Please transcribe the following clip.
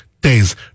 days